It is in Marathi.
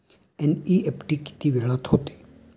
एन.इ.एफ.टी किती वेळात होते?